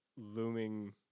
looming